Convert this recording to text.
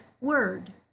word